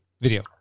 video